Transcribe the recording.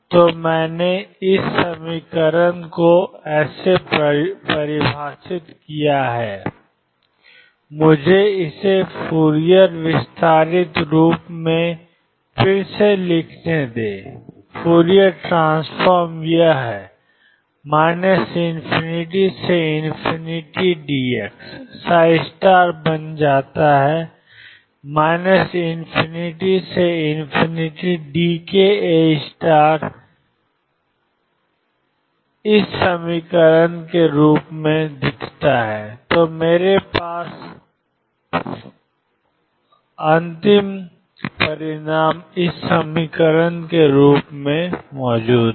तो मैंने ⟨p⟩ ∞ xiddx ψdx परिभाषित किया है मुझे इसे फूरियर विस्तारित रूप में फिर से लिखने दें फूरियर ट्रांसफॉर्म यह है ∞ से dx बन जाता है ∞ से dkAke ikx 2π तो मेरे पास iddx of ∞ dk Akeikx2π है